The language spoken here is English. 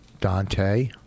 Dante